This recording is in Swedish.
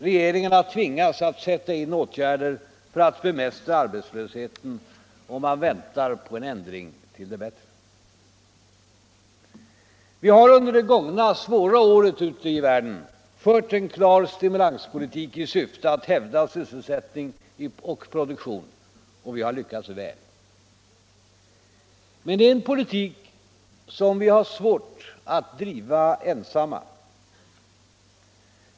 Regeringarna tvingas att sätta in åtgärder för att bemästra arbetslösheten och man väntar på en ändring till det bättre. Under det gångna svåra året ute i världen har vi i vårt land fört en klar stimulanspolitik i syfte att hävda sysselsättning och produktion, och vi har lyckats väl. Men det är en politik som vi har svårt att driva ensamma.